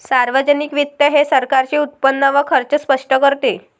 सार्वजनिक वित्त हे सरकारचे उत्पन्न व खर्च स्पष्ट करते